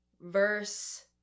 verse